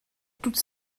toutes